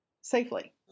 safely